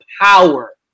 power